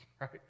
right